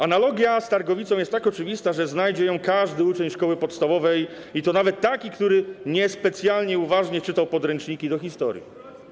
Analogia z targowicą jest tak oczywista, że znajdzie ją każdy uczeń szkoły podstawowej, i to nawet taki, który niespecjalnie uważnie czytał podręczniki do historii.